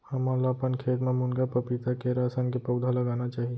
हमन ल अपन खेत म मुनगा, पपीता, केरा असन के पउधा लगाना चाही